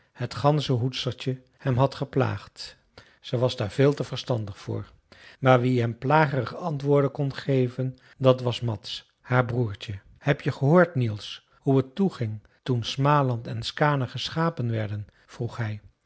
het ganzenhoedstertje hem had geplaagd zij was daar veel te verstandig voor maar wie hem plagerige antwoorden kon geven dat was mads haar broertje heb je gehoord niels hoe het toeging toen smaland en skaane geschapen werden vroeg hij